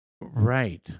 Right